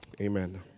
Amen